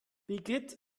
birgit